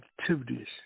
activities